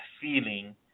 feeling